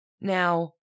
Now